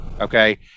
Okay